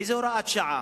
איזו הוראת שעה?